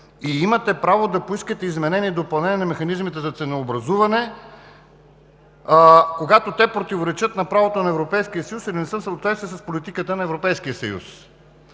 и имате право да поискате изменение и допълнение на механизмите за ценообразуване, когато те противоречат на правото на Европейския съюз и не са в съответствие с политиката на Европейския съюз.